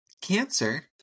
Cancer